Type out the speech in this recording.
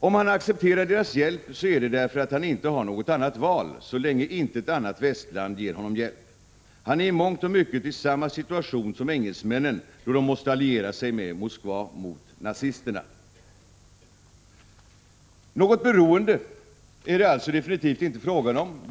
Om han accepterar deras hjälp, är det därför att han inte har något annat val så länge inget annat västland ger honom hjälp. Han är i mångt och mycket i samma situation som engelsmännen, då de måste alliera sig med Moskva mot nazisterna.” Något beroende är det alltså definitivt inte fråga om.